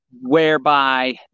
whereby